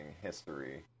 history